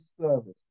service